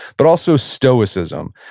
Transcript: but also stoicism.